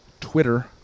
twitter